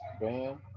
Bam